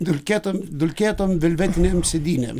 dulkėtom dulkėtom velvetinėm sėdynėm